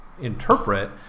interpret